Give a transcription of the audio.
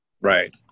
Right